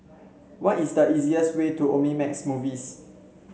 what is the easiest way to Omnimax Movies